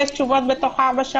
ישתתף בדיון באמצעות